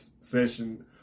session